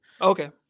okay